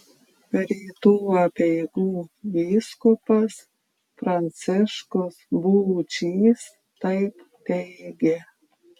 rytų apeigų vyskupas pranciškus būčys taip teigė